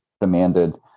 demanded